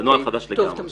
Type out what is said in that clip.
המשך.